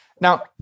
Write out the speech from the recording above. Now